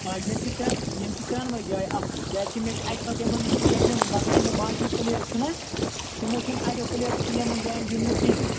آ یِم چھِ ترٛیٚن یِم چھِ ترٛیٚنوَے جایہِ اَصلہِ کیازِ کہِ مےٚ چھِ اَکہِ ساتہٕ یِمن پٮ۪ٹھ گِنٛدمُت مگر یِم مےٚ باقٕے پٕلیر چھِنَہ تِمو چھُنہٕ اَڑیو پٕلیرو چھُنہٕ یِمن جاین گِنٛدمُت کِہینۍ